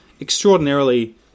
extraordinarily